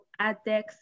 ADEX